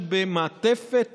במעטפת